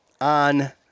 on –